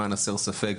למען הסר ספק,